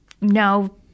no